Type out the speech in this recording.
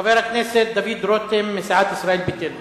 חבר הכנסת דוד רותם מסיעת ישראל ביתנו.